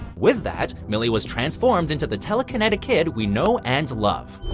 with that, millie was transformed into the telekinetic kid we know and love.